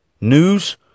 News